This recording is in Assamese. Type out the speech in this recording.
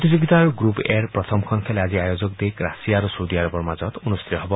প্ৰতিযোগিতাৰ গ্ৰুপ এৰ প্ৰথমখন খেল আজি আয়োজক দেশ ৰাছিয়া আৰু ছৌদি আৰৱৰ মাজত অনুষ্ঠিত হব